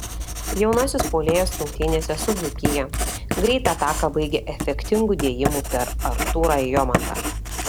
jaunasis puolėjas rungtynėse su dzūkija greitą ataką baigė efektingu dėjimu per artūrą jomantą